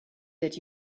that